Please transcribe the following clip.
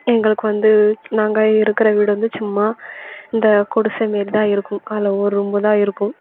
எங்களுக்கு வந்து நாங்கள் இருக்கிற வீடு வந்து சும்மா இந்த குடிசை மாரிதான் இருக்கும் அதில் ஒரு ரூம் தான் இருக்கும்